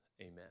amen